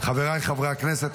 חבריי חברי הכנסת,